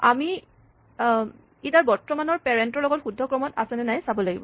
আমি ই তাৰ বৰ্তমানৰ পেৰেন্টৰ লগত শুদ্ধ ক্ৰমত আছেনে নাই চাব লাগিব